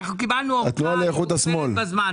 אנחנו קיבלנו ארכה מוגבלת בזמן.